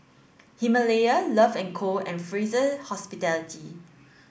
Himalaya Love and Co and Fraser Hospitality